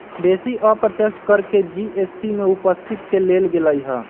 बेशी अप्रत्यक्ष कर के जी.एस.टी में उपस्थित क लेल गेलइ ह्